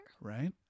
Right